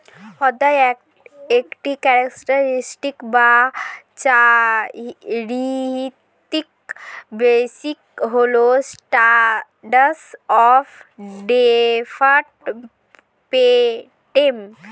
অর্থের একটি ক্যারেক্টারিস্টিক বা চারিত্রিক বৈশিষ্ট্য হল স্ট্যান্ডার্ড অফ ডেফার্ড পেমেন্ট